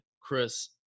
Chris